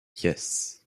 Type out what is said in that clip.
yes